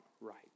right